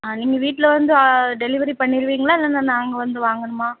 ஆ நீங்கள் வீட்டில் வந்து டெலிவரி பண்ணிடுவீங்களா இல்லைன்னா நாங்கள் வந்து வாங்கணுமா